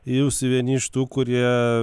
jūs vieni iš tų kurie